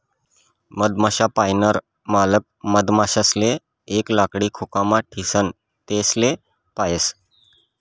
मधमाश्या पायनार मालक मधमाशासले एक लाकडी खोकामा ठीसन तेसले पायस